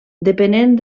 depenent